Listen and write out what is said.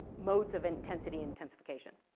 modes of intensity, intensification.